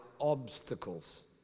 obstacles